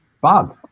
Bob